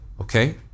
okay